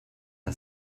wir